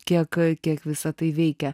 kiek kiek visa tai veikia